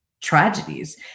tragedies